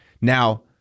Now